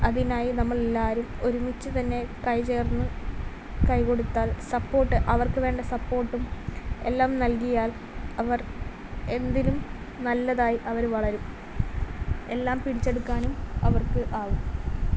അതിനായി നമ്മൾ എല്ലാവരും ഒരുമിച്ച് തന്നെ കൈ ചേർന്ന് കൈ കൊടുത്താൽ സപ്പോട്ട് അവർക്ക് വേണ്ട സപ്പോട്ടും എല്ലാം നൽകിയാൽ അവർ എന്തിനും നല്ലതായി അവർ വളരും എല്ലാം പിടിച്ചെടുക്കാനും അവർക്ക് ആകും